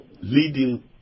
leading